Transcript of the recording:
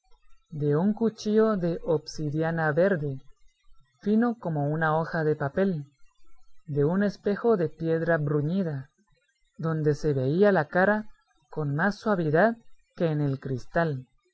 de un cuchillo de obsidiana verde fino como una hoja de papel de un espejo de piedra bruñida donde se veía la cara con más suavidad que en el cristal